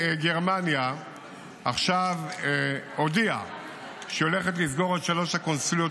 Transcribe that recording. גרמניה עכשיו הודיעה שהיא הולכת לסגור את שלוש הקונסוליות